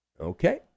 Okay